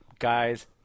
Guys